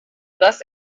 thus